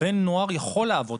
בן נוער יכול לעבוד,